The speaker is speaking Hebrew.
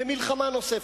למלחמה נוספת.